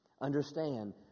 Understand